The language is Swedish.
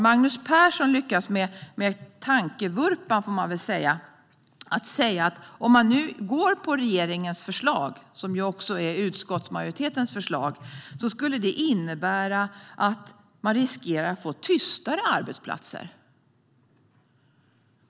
Magnus Persson lyckades med tankevurpan att om man nu går på regeringens förslag, som ju också är utskottsmajoritetens förslag, skulle det innebära att man riskerar att få tystare arbetsplatser.